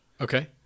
Okay